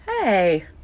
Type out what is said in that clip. Hey